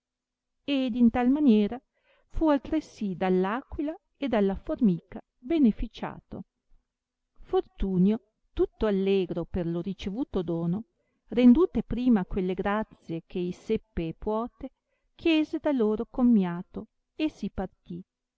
ed in tal maniera fu altresì dall aquila e dalla formica beneficiato fortunio tutto allegro per lo ricevuto dono rendute prima quelle grazie eh ei seppe e puote chiese da loro commiato e si partì